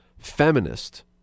feminist